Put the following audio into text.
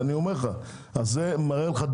אני אומר לך שזאת דוגמה.